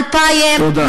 תודה.